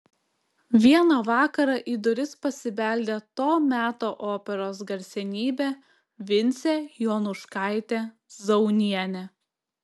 vieną vakarą į duris pasibeldė to meto operos garsenybė vincė jonuškaitė zaunienė